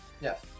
Yes